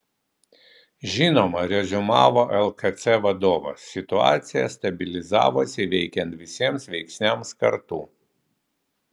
žinoma reziumavo lkc vadovas situacija stabilizavosi veikiant visiems veiksniams kartu